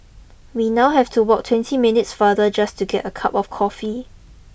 we now have to walk twenty minutes farther just to get a cup of coffee